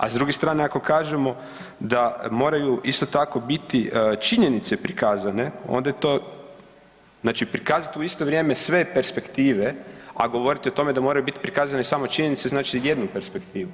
A s druge strane ako kažemo da moraju isto tako biti činjenice prikazane onda je to znači prikazati u isto vrijeme sve perspektive, a govorit o tome da moraju biti prikazane samo činjenice znači jednu perspektivu.